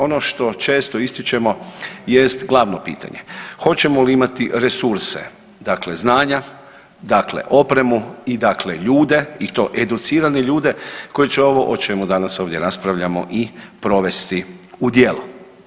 Ono što često ističemo jest glavno pitanje, hoćemo li imati resurse dakle znanja, dakle opremu i dakle ljude i to educirane ljude koji će ovo o čemu danas ovdje raspravljamo i provesti u djelo.